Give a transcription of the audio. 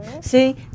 See